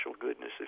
goodness